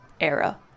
era